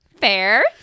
Fair